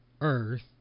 Earth